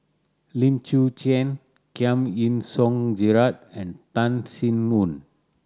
Lim Chwee Chian Giam Yean Song Gerald and Tan Sin Aun